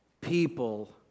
people